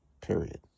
Period